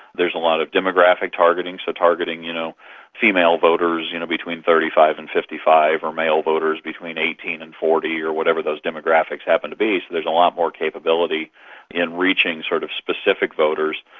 there's a lot of demographic targeting, so targeting you know female voters you know between thirty five and fifty five, or male voters between eighteen and forty, or whatever those demographics happen to be. so there's a lot more capability in reaching sort of specific voters,